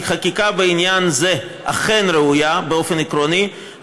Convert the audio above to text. חקיקה בעניין זה אכן ראויה באופן עקרוני,